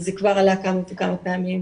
זה כבר עלה כמה וכמה פעמים